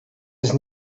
ist